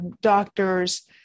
doctors